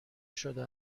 شده